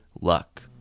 luck